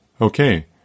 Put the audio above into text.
Okay